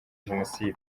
jenoside